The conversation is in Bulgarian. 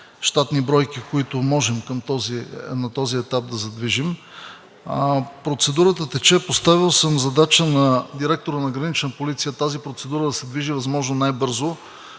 щатни бройки, които можем на този етап да задвижим. Процедурата тече. Поставил съм задача на директора на Гранична полиция тази процедура да се движи възможно най бързо.